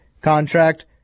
contract